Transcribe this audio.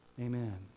Amen